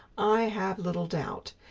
i have little doubt,